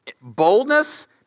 boldness